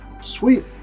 Sweet